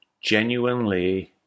genuinely